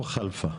כלפה,